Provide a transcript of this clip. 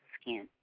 skin